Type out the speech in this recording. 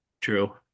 True